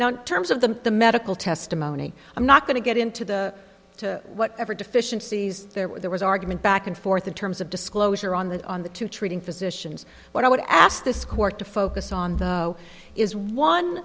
lease terms of the the medical testimony i'm not going to get into the to whatever deficiencies there were there was argument back and forth in terms of disclosure on the on the two treating physicians what i would ask this court to focus on though is one